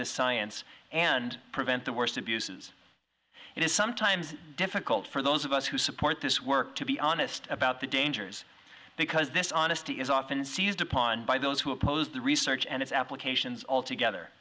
the science and prevent the worst abuses it is sometimes difficult for those of us who support this work to be honest about the dangers because this honesty is often seized upon by those who oppose the research and its applications altogether